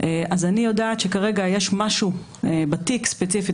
אני יודעת שכרגע יש משהו בתיק ספציפית.